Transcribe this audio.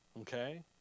Okay